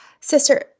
sister